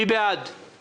מי בעד הרוויזיה?